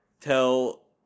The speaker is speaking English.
Tell